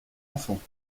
enfants